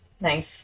Nice